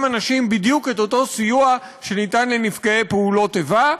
אנשים בדיוק את אותו סיוע שניתן לנפגעי פעולות איבה,